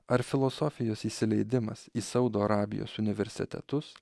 ar filosofijos įsileidimas į saudo arabijos universitetus